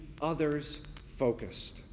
others-focused